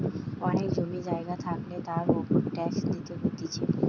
অনেক জমি জায়গা থাকলে তার উপর ট্যাক্স দিতে হতিছে